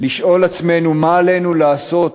לשאול את עצמנו מה עלינו לעשות